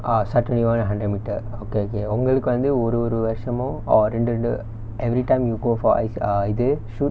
ah S_A_R twenty one and hundred metre okay okay ஒங்களுக்கு வந்து ஒரு ஒரு வருஷமோ:ongalukku vanthu oru oru varushamo or ரெண்டு ரெண்டு:rendu rendu everytime you go for I s~ ah இது:ithu shoot